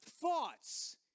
thoughts